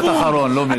משפט אחרון, לא מילה.